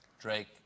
Drake